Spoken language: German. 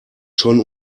schon